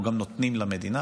אנחנו גם נותנים למדינה,